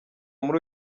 muri